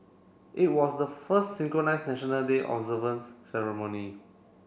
it was the first synchronised National Day observance ceremony